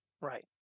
Right